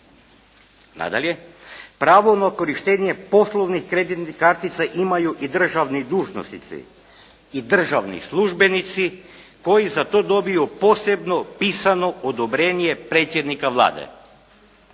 Nadalje, pravo na korištenje poslovnih kreditnih kartica imaju i državni dužnosnici i državni službenici koji za to dobiju posebno pisano odobrenje predsjednika Vlade.